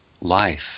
life